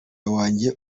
wanjye